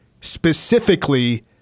specifically